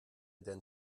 denn